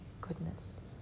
goodness